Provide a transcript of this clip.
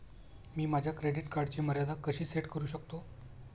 मी माझ्या क्रेडिट कार्डची मर्यादा कशी सेट करू शकतो?